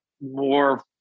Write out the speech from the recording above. more